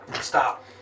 Stop